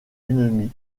ennemis